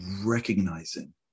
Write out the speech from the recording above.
recognizing